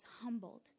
humbled